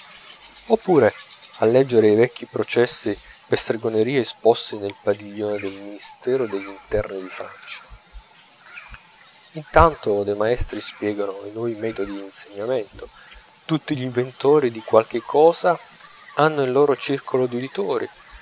oppure a leggere i vecchi processi per stregoneria esposti nel padiglione del ministero degl'interni di francia intanto dei maestri spiegano i nuovi metodi d'insegnamento tutti gl'inventori di qualche cosa hanno il loro circolo